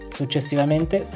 successivamente